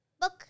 Book